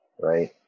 right